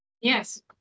Yes